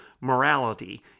morality